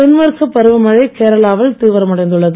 தெற்மேற்கு பருவமழை கேரளாவில் தீவிரமடைந்துள்ளது